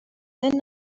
کهنه